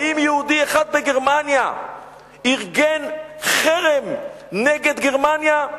האם יהודי אחד בגרמניה ארגן חרם נגד גרמניה?